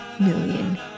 million